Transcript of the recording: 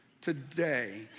today